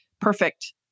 perfect